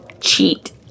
cheat